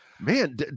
Man